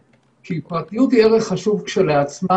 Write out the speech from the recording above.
כי הפרטיות היא ערך חשוב כשלעצמה.